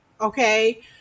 Okay